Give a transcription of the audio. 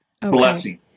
Blessing